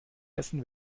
essen